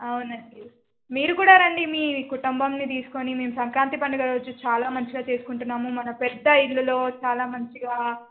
అవునండి మీరు కూడా రండి మీ కుటుంబాన్ని తీసుకొని మేము సంక్రాంతి పండుగ రోజు చాలా మంచిగా చేసుకుంటున్నాము మన పెద్ద ఇల్లులో చాలా మంచిగా